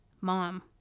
Mom